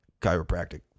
chiropractic